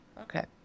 Okay